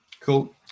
Cool